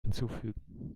hinzufügen